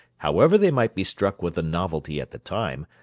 however they might be struck with the novelty at the time,